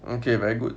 okay very good